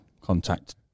contact